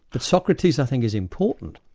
but socrates i think is important,